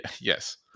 Yes